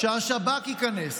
שהשב"כ ייכנס.